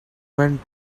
went